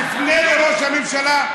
תפנה לראש הממשלה,